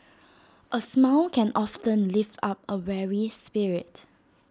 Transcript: A smile can often lift up A weary spirit